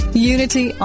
Unity